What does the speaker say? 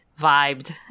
vibed